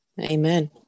Amen